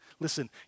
Listen